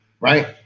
Right